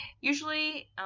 Usually